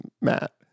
Matt